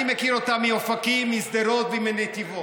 אני מכיר אותם מאופקים, משדרות, מנתיבות.